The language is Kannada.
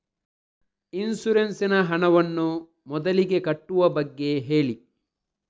ಇನ್ಸೂರೆನ್ಸ್ ನ ಹಣವನ್ನು ಮೊದಲಿಗೆ ಕಟ್ಟುವ ಬಗ್ಗೆ ಹೇಳಿ